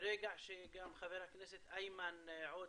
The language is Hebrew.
חבר הכנסת איימן עודה,